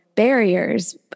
Barriers